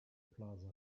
plaza